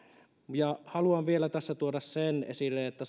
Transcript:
haluan vielä tässä tuoda esille sen että